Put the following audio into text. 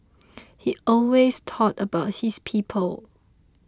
he always thought about his people